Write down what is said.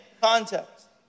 context